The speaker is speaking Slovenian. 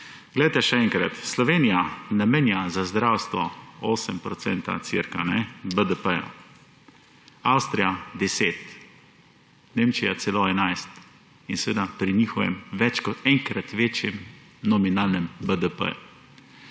agendi Še enkrat, Slovenija namenja za zdravstvo okoli 8 % BDP. Avstrija 10 %, Nemčija celo 11 %, seveda pri njihovem več kot enkrat večjem nominalnem BDP-ju.